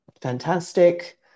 fantastic